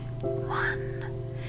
One